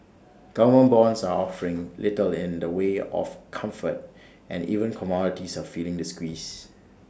government bonds are offering little in the way of comfort and even commodities are feeling the squeeze